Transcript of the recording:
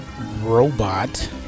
robot